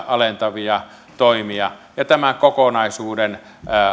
alentavia toimia ja tämän kokonaisuuden